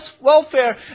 welfare